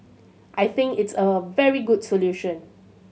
I think it's a very good solution